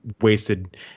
wasted